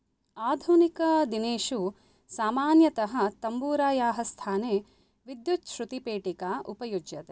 आधुनिकादिनेषु सामान्यतः तम्बूरायाः स्थाने विद्युत् श्रुतिपेटिका उपयुज्यते